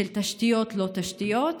של תשתיות-לא-תשתיות.